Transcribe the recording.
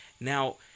Now